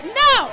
no